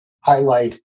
highlight